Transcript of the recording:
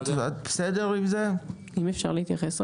אפשר להתייחס?